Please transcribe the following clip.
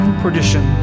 perdition